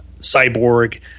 Cyborg